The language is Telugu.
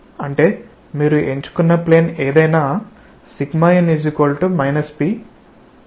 అంటే మీరు ఎంచుకున్న ప్లేన్ ఏదైనా n p మరియు 0